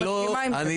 אני לא אאריך.